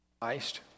Christ